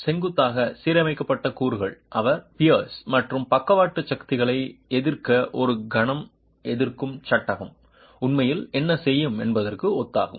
செங்குத்தாக சீரமைக்கப்பட்ட கூறுகள் அவை பியர்ஸ் மற்றும் பக்கவாட்டு சக்திகளை எதிர்க்க ஒரு கணம் எதிர்க்கும் சட்டகம் உண்மையில் என்ன செய்யும் என்பதற்கு ஒத்ததாகும்